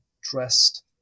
dressed